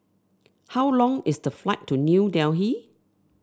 how long is the flight to New Delhi